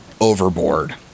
overboard